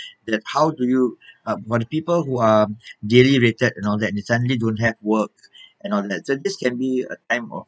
like how do you uh for the people who are daily rated and all that and they suddenly don't have work and all that so this can be a time of